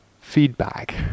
feedback